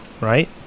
right